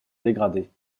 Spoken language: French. dégrader